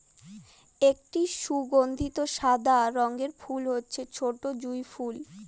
একটি সুগন্ধি সাদা রঙের ফুল হচ্ছে ছোটো জুঁই ফুল